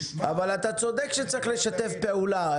נשמח --- אבל אתה צודק שצריך לשתף פעולה.